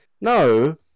No